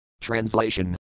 Translation